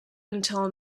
until